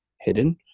hidden